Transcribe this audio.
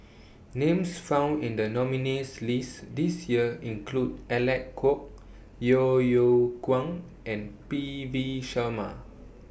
Names found in The nominees' list This Year include Alec Kuok Yeo Yeow Kwang and P V Sharma